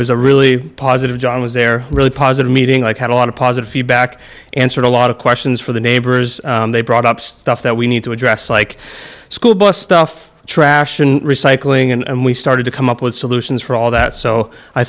was a really positive john was there really positive meeting i've had a lot of positive feedback answered a lot of questions for the neighbors they brought up stuff that we need to address like a school bus stuff trash and recycling and we started to come up with solutions for all that so i